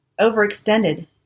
overextended